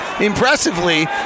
impressively